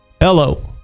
hello